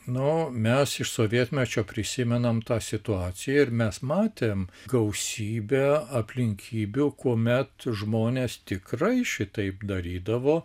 nu mes iš sovietmečio prisimenam tą situaciją ir mes matėm gausybę aplinkybių kuomet žmonės tikrai šitaip darydavo